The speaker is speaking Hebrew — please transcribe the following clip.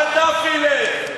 לקדאפי לך.